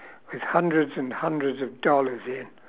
with hundreds and hundreds of dollars in